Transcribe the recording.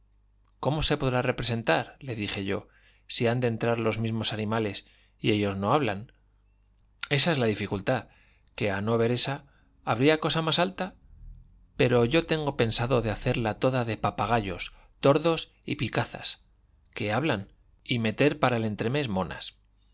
cómo se podrá representar le dije yo si han de entrar los mismos animales y ellos no hablan esa es la dificultad que a no haber esa había cosa más alta pero yo tengo pensado de hacerla toda de papagayos tordos y picazas que hablan y meter para el entremés monas